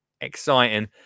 exciting